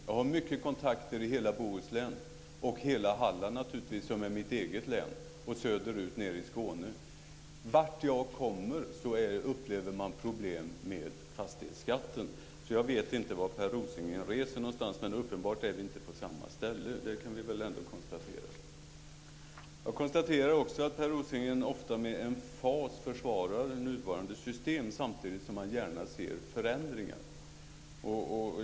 Jag har mycket kontakter i hela Bohuslän, söderut i Skåne och naturligtvis mitt eget län Halland. Vart jag än kommer upplever man problem med fastighetsskatten. Jag vet inte var Per Rosengren reser, men uppenbarligen är det inte på samma ställen. Det kan vi ändå konstatera. Jag konstaterar också att Per Rosengren, ofta med emfas, försvarar det nuvarande systemet samtidigt som han gärna ser förändringar.